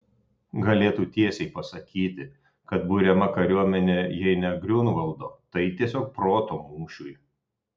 galėtų tiesiai pasakyti kad buriama kariuomenė jei ne griunvaldo tai tiesiog proto mūšiui